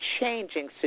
changing